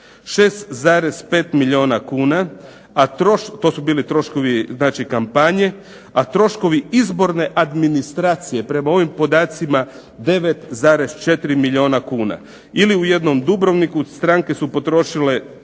6,5 milijuna kuna, to su bili troškovi kampanje, a troškovi izborne administracije prema ovim podacima 9,4 milijuna kuna. Ili u jednom Dubrovniku stranke su potrošile